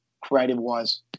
creative-wise